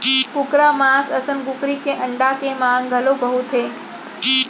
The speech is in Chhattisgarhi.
कुकरा मांस असन कुकरी के अंडा के मांग घलौ बहुत हे